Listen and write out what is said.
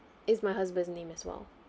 it's my husband's name as well